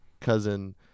cousin